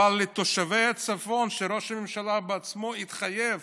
אבל לתושבי הצפון, וראש הממשלה בעצמו התחייב